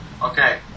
Okay